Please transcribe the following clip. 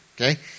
Okay